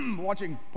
Watching